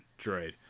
droid